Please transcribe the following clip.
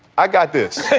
i got this